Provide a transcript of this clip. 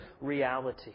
reality